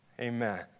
Amen